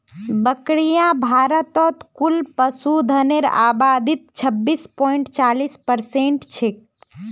बकरियां भारतत कुल पशुधनेर आबादीत छब्बीस पॉइंट चालीस परसेंट छेक